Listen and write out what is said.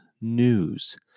news